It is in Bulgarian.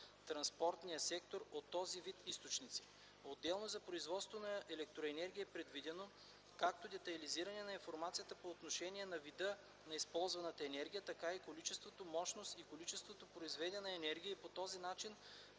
транспортния сектор от този вид източници. Отделно за производството на електроенергия е предвидено, както детайлизиране на информацията по отношение на вида на използваната енергия, така и количеството мощност и количеството произведена енергия и по този начин